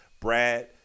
brad